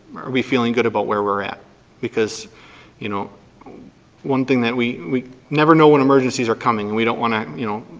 are we feeling good about where we're at because you know one thing that, we we never know when emergencies are coming. we don't want to, you know,